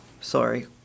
sorry